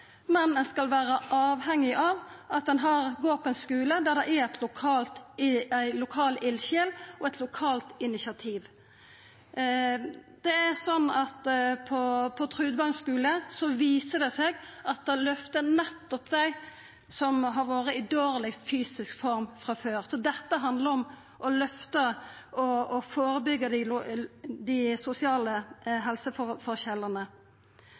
men at ein skal vera avhengig av at ein går på ein skule der det er ei lokal eldsjel og eit lokalt initiativ. På Trudvangen skule viser det seg at det løftar nettopp dei som har vore i den dårlegaste fysiske forma frå før. Dette handlar om å førebyggja dei sosiale